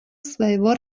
своего